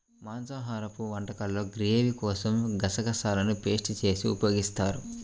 మాంసాహరపు వంటకాల్లో గ్రేవీ కోసం గసగసాలను పేస్ట్ చేసి ఉపయోగిస్తారు